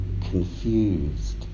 confused